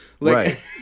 Right